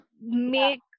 make